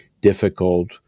difficult